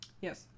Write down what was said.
Yes